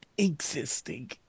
Existing